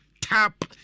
tap